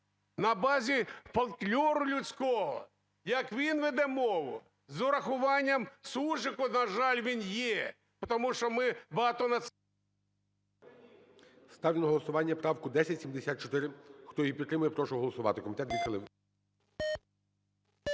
на базі фольклору людського? Як він веде мову? З урахуванням суржику, на жаль, він є. Потому що ми… ГОЛОВУЮЧИЙ. Ставлю на голосування правку 1074. Хто її підтримує, прошу голосувати.